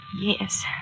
Yes